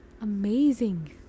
Amazing